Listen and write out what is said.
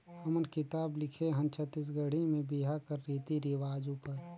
हमन किताब लिखे हन छत्तीसगढ़ी में बिहा कर रीति रिवाज उपर